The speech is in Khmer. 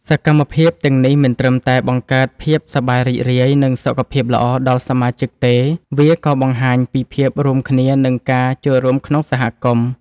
សកម្មភាពទាំងនេះមិនត្រឹមតែបង្កើតភាពសប្បាយរីករាយ និងសុខភាពល្អដល់សមាជិកទេ វាក៏បង្ហាញពីភាពរួមគ្នានិងការចូលរួមក្នុងសហគមន៍។